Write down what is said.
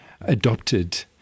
adopted